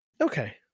Okay